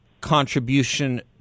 contribution